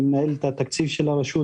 אני מנהל את התקציב של הרשות,